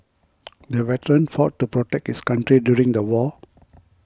the veteran fought to protect his country during the war